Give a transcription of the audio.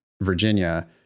virginia